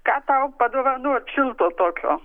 ką tau padovanot šilto tokio